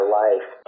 life